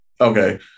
Okay